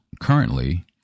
currently